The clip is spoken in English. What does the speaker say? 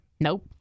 Nope